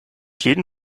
jeden